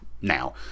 now